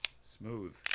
Smooth